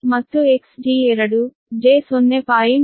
ಮತ್ತು Xg2 j0